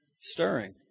stirring